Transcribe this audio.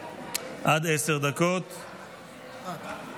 הצעת חוק לתיקון פקודת מס הכנסה (הגדלת זיכוי מס על תרומה לבתי חולים